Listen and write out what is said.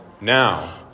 Now